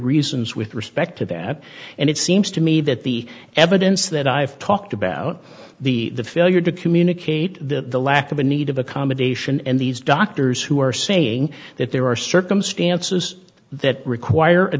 reasons with respect to that and it seems to me that the evidence that i've talked about the failure to communicate the lack of a need of accommodation and these doctors who are saying that there are circumstances that require a